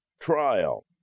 trial